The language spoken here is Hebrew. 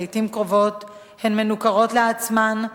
לעתים קרובות הן מנוכרות לעצמן,